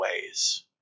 ways